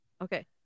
Okay